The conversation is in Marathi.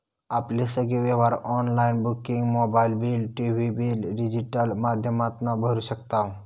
आपले सगळे व्यवहार online booking mobile bill, TV bill digital माध्यमातना भरू शकताव